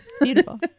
Beautiful